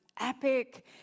epic